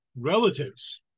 relatives